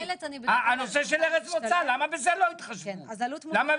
למה בזה לא מתחשבים?